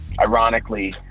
ironically